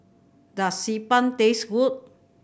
does Xi Ban taste good